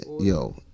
yo